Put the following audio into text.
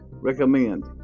Recommend